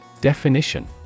Definition